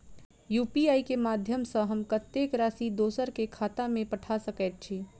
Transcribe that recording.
UPI केँ माध्यम सँ हम कत्तेक राशि दोसर केँ खाता मे पठा सकैत छी?